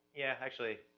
yeah, actually,